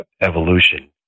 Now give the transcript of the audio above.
evolution